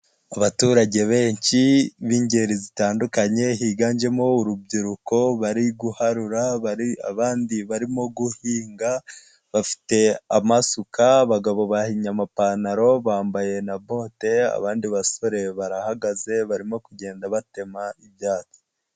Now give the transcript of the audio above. Abaturage benshi b'ingeri zitandukanye, higanjemo urubyiruko bari guharura, abandi barimo guhinga, bafite amasuka, abagabo bahinnye amapantaro bambaye na bote, abandi basore barahagaze, barimo kugenda batema ibyatsi.